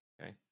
Okay